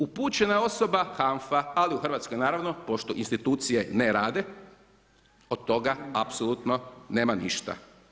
Upućena osoba, hanfa, ali u Hrvatskoj naravno, pošto institucije naravno ne rade, od toga apsolutno nema ništa.